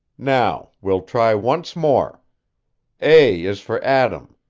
now, we'll try once more a is for atom,